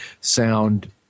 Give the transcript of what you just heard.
sound